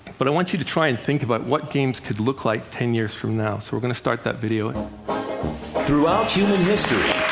but i want you to try and think about what games could look like ten years from now. so we're going to start that video. video throughout human history